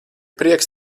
prieks